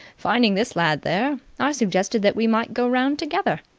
finding this lad there, i suggested that we might go round together.